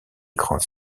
grands